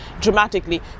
dramatically